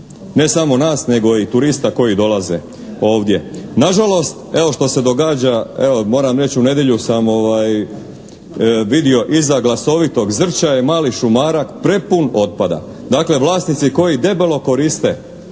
ne samo nas nego i turista koji dolaze ovdje. Nažalost, evo što se događa, evo, moram reći, u nedjelju sam vidio iza glasovitog Zrća je mali šumarak prepun otpada. Dakle, vlasnici koji debelo koriste